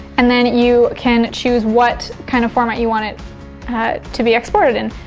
and then you can choose what kind of format you want it to be exported in?